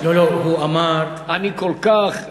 אני כל כך,